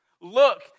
Look